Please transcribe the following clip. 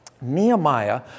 Nehemiah